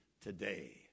today